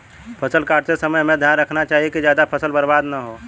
फसल काटते समय हमें ध्यान रखना चाहिए कि ज्यादा फसल बर्बाद न हो